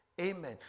Amen